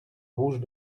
rouges